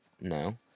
no